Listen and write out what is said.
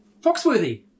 foxworthy